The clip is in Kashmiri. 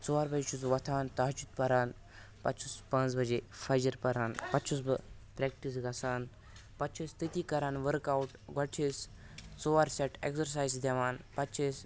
ژور بَجے چھُس بہٕ وۄتھان تحجُد پَران پَتہٕ چھُس پانٛژھ بَجے فَجِر پَران پَتہٕ چھُس بہٕ پرٛٮ۪کٹِس گژھان پَتہٕ چھِ أسۍ تٔتی کَران ؤرٕک آوُٹ گۄڈٕ چھِ أسۍ ژور سٮ۪ٹ اٮ۪کزَرسایزٕ دِوان پَتہٕ چھِ أسۍ